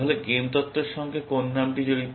তাহলে গেম তত্ত্ব এর সঙ্গে কোন নামটি জড়িত